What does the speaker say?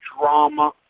drama